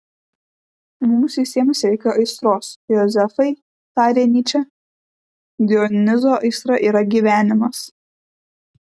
mums visiems reikia aistros jozefai tarė nyčė dionizo aistra yra gyvenimas